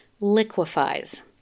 liquefies